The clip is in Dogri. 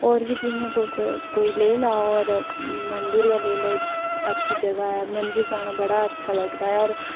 होर बी जि'यां तुस कोई लेई लैओ होर मंदिर गै लेई लैओ इक्क अच्छी जगह ऐ मंदिर जाना इक्क बड़ा अच्छा लगदा ऐ होर